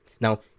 Now